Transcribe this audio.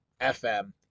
FM